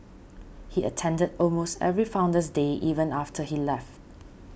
he attended almost every Founder's Day even after he left